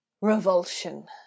revulsion